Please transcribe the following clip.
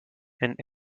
and